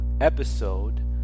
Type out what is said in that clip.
episode